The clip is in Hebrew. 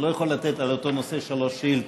אני לא יכול לתת על אותו נושא שלוש שאילתות.